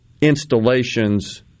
installations